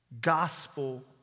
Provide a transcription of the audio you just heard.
gospel